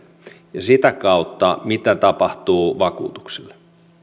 ja sitä kautta mitä tapahtuu vakuutuksille